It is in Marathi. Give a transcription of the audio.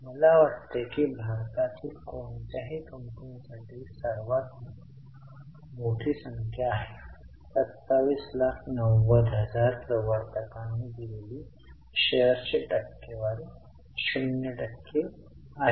मला वाटते की भारतातील कोणत्याही कंपनी साठी ही सर्वात मोठी संख्या आहे 2790000 प्रवर्तकांनी दिलेली शेअर्सची टक्केवारी 0 टक्के आहे